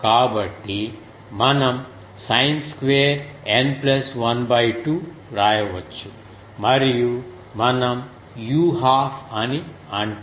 కాబట్టి మనం sin square N plus 1 2 వ్రాయవచ్చు మరియు మనం u 1 2 అని అంటాము